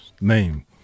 name